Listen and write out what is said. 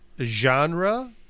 genre